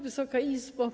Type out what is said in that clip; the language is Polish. Wysoka Izbo!